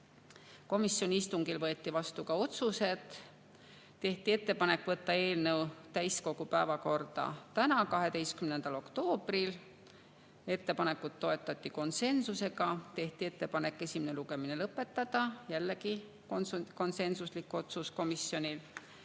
ole. Komisjoni istungil võeti vastu ka otsused. Tehti ettepanek võtta eelnõu täiskogu päevakorda täna, 12. oktoobril, ettepanekut toetati konsensusega. Tehti ettepanek esimene lugemine lõpetada, jällegi komisjoni konsensuslik otsus.